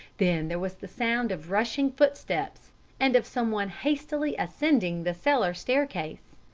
then there was the sound of rushing footsteps and of someone hastily ascending the cellar staircase.